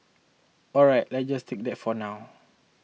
all right let's just take that for now